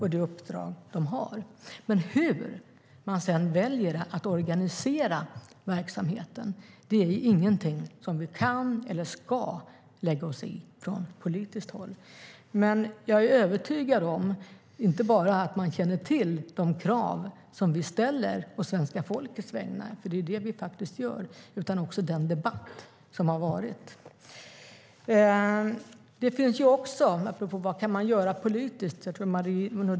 Hur SVT sedan väljer att organisera verksamheten är inget som vi kan eller ska lägga oss i från politiskt håll. Jag är dock övertygad om att man inte bara känner till de krav som vi ställer å svenska folkets vägnar, för det är det vi faktiskt gör, utan också den debatt som har varit. Marie Nordén undrade vad man kan göra politiskt.